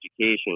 education